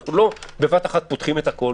אנחנו לא פותחים את הכול בבת אחת,